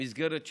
מסגרת שבשגרה,